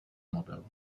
model